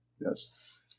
Yes